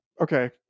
okay